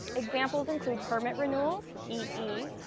examples include permit renewals, ee,